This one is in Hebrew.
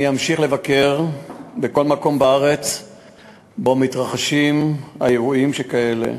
אני אמשיך לבקר בכל מקום בארץ שבו מתרחשים אירועים כאלה,